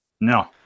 no